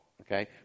Okay